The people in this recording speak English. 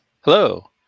Hello